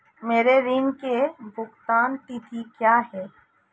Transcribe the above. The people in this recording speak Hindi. मेरे ऋण की भुगतान तिथि क्या है?